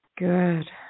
Good